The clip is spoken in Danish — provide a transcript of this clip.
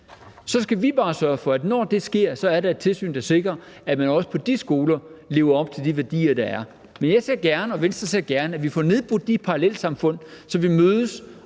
Så skal vi bare sørge for, at når det sker, er der et tilsyn, der sikrer, at man også på de skoler lever op til de værdier, der er, men jeg ser gerne og Venstre ser gerne, at vi får nedbrudt de parallelsamfund, så vi mødes